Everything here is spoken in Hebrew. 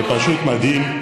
100. זה פשוט מדהים.